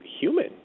human